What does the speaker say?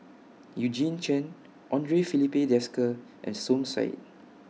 Eugene Chen Andre Filipe Desker and Som Said